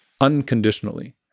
unconditionally